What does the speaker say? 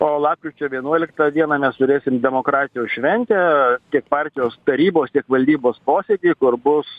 o lapkričio vienuoliktą dieną mes turėsim demokratijos šventę tiek partijos tarybos tiek valdybos posėdy kur bus